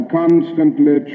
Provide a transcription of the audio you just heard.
constantly